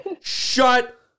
Shut